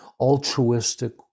altruistic